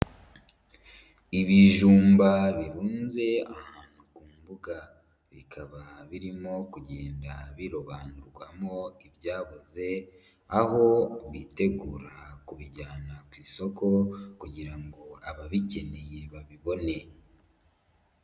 Ibijumba birunze ahantu ku mbuga bikaba birimo kugenda birobanurwamo ibyaboze aho bitegura kubijyana ku isoko kugira ngo ababikeneye babibone.